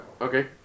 okay